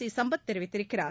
சிசம்பத் தெரிவித்திருக்கிறார்